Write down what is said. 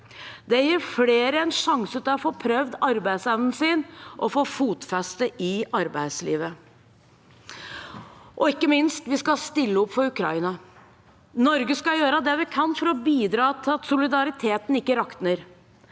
Det gir flere en sjanse til å få prøvd arbeidsevnen sin og få fotfeste i arbeidslivet. Ikke minst skal vi stille opp for Ukraina. Norge skal gjøre det vi kan for å bidra til at solidariteten ikke rakner.